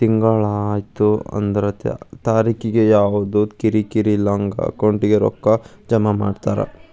ತಿಂಗ್ಳಾ ಆಯಾ ತಾರಿಕಿಗೆ ಯವ್ದಾ ಕಿರಿಕಿರಿ ಇಲ್ದಂಗ ಅಕೌಂಟಿಗೆ ರೊಕ್ಕಾ ಜಮಾ ಮಾಡ್ತಾರ